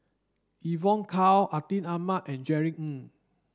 Evon Kow Atin Amat and Jerry Ng